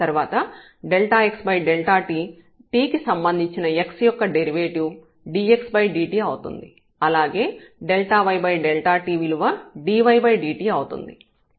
తర్వాత xt t కి సంబంధించిన x యొక్క డెరివేటివ్ dxdt అవుతుంది అలాగే yt విలువ dydt అవుతుంది